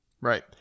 Right